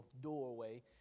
doorway